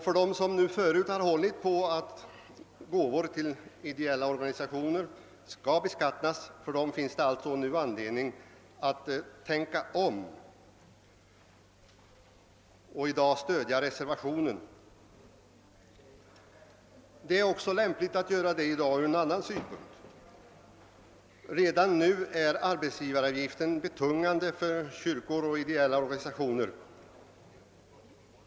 För dem som förut hållit på att gåvor till ideella organisationer skall beskattas — för dem finns det anledning att tänka om och i dag stödja reservationen. Det är också lämpligt att i dag göra det från en annan synpunkt. Redan nu är arbetsgivaravgiften betungande för samfund och ideella organisationer.